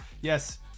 yes